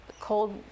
cold